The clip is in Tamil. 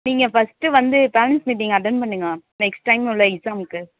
நீங்கள் ஃபஸ்ட்டு வந்து பேரன்ட்ஸ் மீட்டிங் அட்டன் பண்ணுங்க நெக்ஸ்ட் டைம் உள்ள எக்ஸாமுக்கு